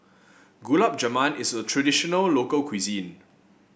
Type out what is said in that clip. Gulab Jamun is a traditional local cuisine